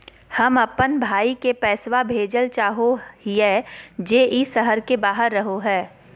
हम अप्पन भाई के पैसवा भेजल चाहो हिअइ जे ई शहर के बाहर रहो है